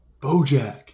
Bojack